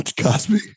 Cosby